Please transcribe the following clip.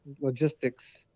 logistics